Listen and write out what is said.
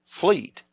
fleet